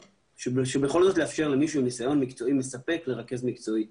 שבכל זאת לאפשר למישהו עם ניסיון מקצועי מספק לרכז מקצועית